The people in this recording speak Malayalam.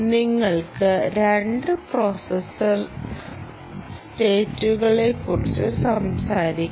നിങ്ങൾക്ക് രണ്ട് പ്രോസസർ സ്റ്റേറ്റുകളെക്കുറിച്ച് സംസാരിക്കാം